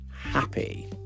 happy